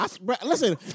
listen